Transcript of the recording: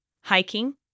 hiking